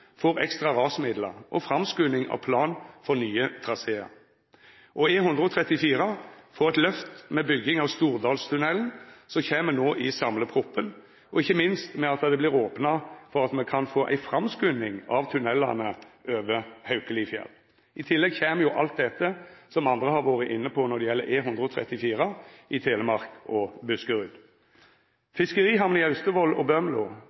får ekstra rasmidlar og framskunding av plan for nye trasear. El34 får eit løft med bygging av Stordalstunnelen, som kjem no i samleproposisjonen, og ikkje minst med at det vert opna for at me kan få ei framskunding av tunnelane over Haukelifjell. I tillegg kjem alt det som andre har vore inne på når det gjeld E134 i Telemark og i Buskerud. Fiskerihamn i Austevoll og Bømlo,